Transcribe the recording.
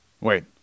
Wait